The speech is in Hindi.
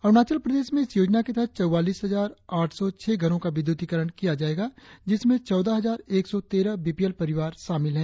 अरुणाचल प्रदेश में इस योजना के तहत चौवालीस हजार आठ सौ छह घरों का विद्युतीकरण किया जायेगा जिसमें चौदह हजार एक सौ तेरह बीपीएल परिवार शामिल है